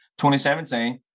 2017